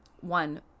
one